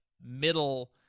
middle